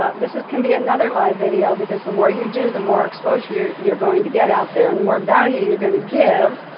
ah this this can be another live video, because the more you do, the more exposed you're you're going to get out there, and the more value you're gonna give,